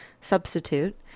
substitute